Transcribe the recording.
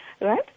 right